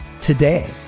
today